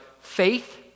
faith